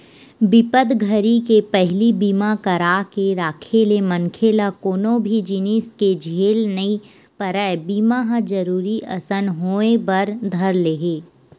बिपत घरी के पहिली बीमा करा के राखे ले मनखे ल कोनो भी जिनिस के झेल नइ परय बीमा ह जरुरी असन होय बर धर ले